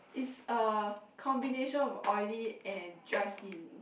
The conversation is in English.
is a combination of oily and dry skin